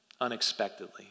unexpectedly